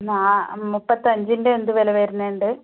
ന്നാ മൂപ്പത്തിയഞ്ചിൻ്റെയെന്തു വരുന്നുണ്ട്